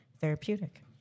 therapeutic